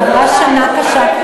עברה שנה קשה,